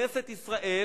וכנסת ישראל